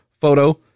photo